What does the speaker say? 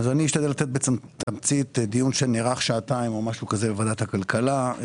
אני אשתדל לתת בתמצית מדיון שנערך במשך שעתיים בוועדת הכלכלה.